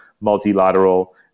multilateral